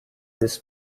this